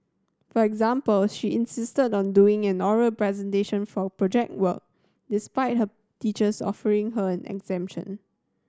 for example she insisted on doing an oral presentation for Project Work despite her teachers offering her an exemption